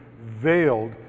veiled